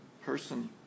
person